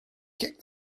kick